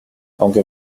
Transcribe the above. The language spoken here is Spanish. aunque